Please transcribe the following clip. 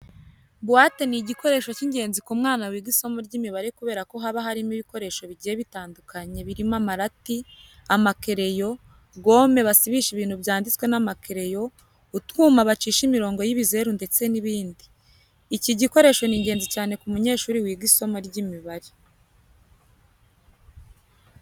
Buwate ni igikoresho cy'ingenzi ku mwana wiga isomo ry'imibare kubera ko haba harimo ibikoresho bigiye bitandukanye birimo amarati, amakereyo, gome basibisha ibintu byanditswe n'amakereyo, utwuma bacisha imirongo y'ibizeru ndetse n'ibindi. Iki gikoresho ni ingenzi cyane ku munyeshuri wiga isomo ry'imibare.